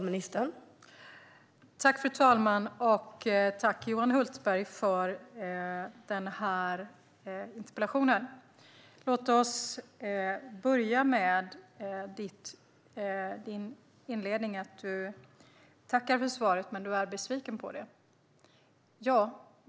Fru talman! Tack, Johan Hultberg, för interpellationen! Låt oss börja med din inledning, att du tackar för svaret men är besviken på det.